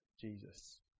Jesus